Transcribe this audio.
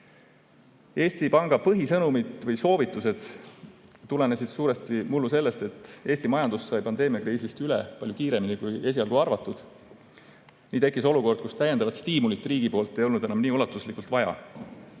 Eesti Panga põhisõnumid või soovitused tulenesid mullu suuresti sellest, et Eesti majandus sai pandeemiakriisist üle palju kiiremini, kui esialgu arvati. Nii tekkis olukord, kus täiendavat stiimulit riigi poolt ei olnud enam nii ulatuslikult vaja.